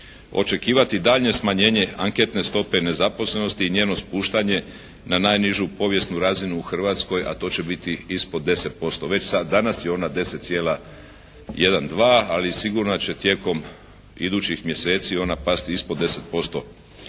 očekivati daljnje smanjenje anketne stope nezaposlenosti i njeno spuštanje na najnižu povijesnu razinu u Hrvatskoj, a to će biti ispod 10%. Već danas je ona 10,12, ali sigurno će tijekom idućih mjeseci ona pasti ispod 10%.